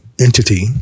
entity